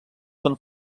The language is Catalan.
són